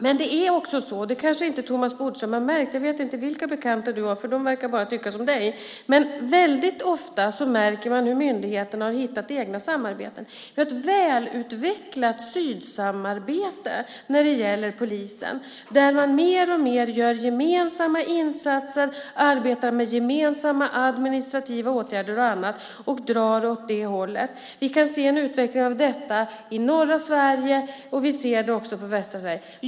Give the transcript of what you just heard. Kanske har du, Thomas Bodström, inte märkt det - jag vet inte vilka bekanta du har; de verkar bara tycka som du. Men väldigt ofta märker man att myndigheterna hittat egna samarbeten. Vi har ett välutvecklat sydsamarbete när det gäller polisen där man mer och mer gör gemensamma insatser och där man arbetar med gemensamma administrativa åtgärder och annat och drar åt det hållet. Vi kan se en utveckling av detta i norra Sverige. Vi ser det också i västra Sverige.